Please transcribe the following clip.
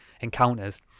encounters